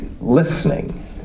listening